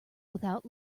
without